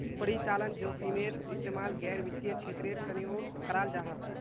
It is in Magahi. परिचालन जोखिमेर इस्तेमाल गैर वित्तिय क्षेत्रेर तनेओ कराल जाहा